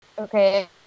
Okay